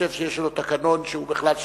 שחושב שיש לו תקנון שהוא בכלל שלו.